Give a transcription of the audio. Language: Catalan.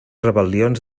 rebel·lions